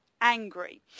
angry